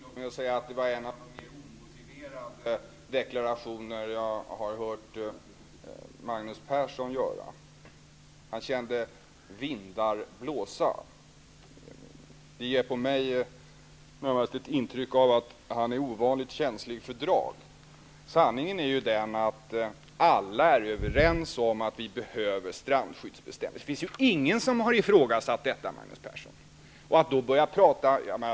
Herr talman! Tillåt mig att säga att det var en av de mer omotiverade deklarationer jag har hört Magnus Persson göra. Han kände vindar blåsa. Det ger på mig närmast ett intryck av att han är ovanligt känslig för drag. Sanningen är den att alla är överens om att vi behöver strandskyddsbestämmelser. Det finns ingen som har ifrågasatt detta, Magnus Persson.